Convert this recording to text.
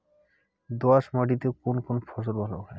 দোঁয়াশ মাটিতে কোন কোন ফসল ভালো হয়?